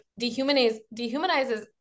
dehumanizes